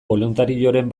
boluntarioren